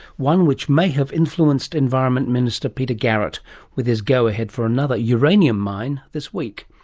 one which may have influenced environment minister peter garrett with his go-ahead for another uranium mine this week.